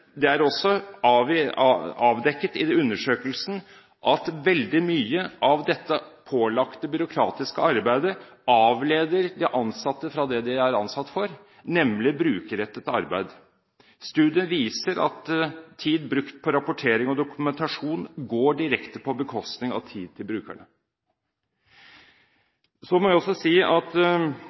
det er også avdekket i undersøkelsen at veldig mye av dette pålagte byråkratiske arbeidet avleder de ansatte fra det de er ansatt for, nemlig brukerrettet arbeid. Studien viser at tid brukt på rapportering og dokumentasjon går direkte på bekostning av tid til brukerne. Så må jeg også si,